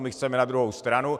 My chceme na druhou stranu!